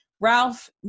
Ralph